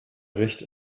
recht